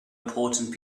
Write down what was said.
important